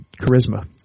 charisma